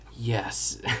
Yes